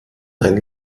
ein